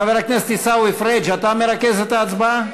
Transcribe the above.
חבר הכנסת עיסאווי פריג', אתה מרכז את ההצבעה?